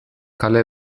kale